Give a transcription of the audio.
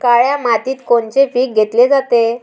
काळ्या मातीत कोनचे पिकं घेतले जाते?